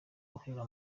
uhereye